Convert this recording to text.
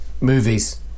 Movies